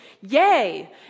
yay